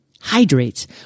hydrates